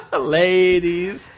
Ladies